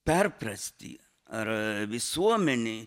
perprasti ar visuomenei